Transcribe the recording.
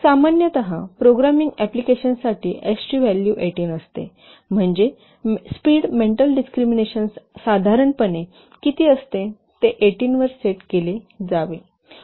सामान्यत प्रोग्रामिंग अप्लिकेशन्ससाठी एसचे व्हॅल्यू 18 असते म्हणजे स्पीड मेंटल डिस्क्रिमिनेशन्स साधारणपणे किती असते ते 18 वर सेट केले जावे